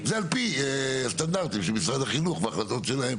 זה על פי הסטנדרטים של משרד החינוך והחלטות שלהם.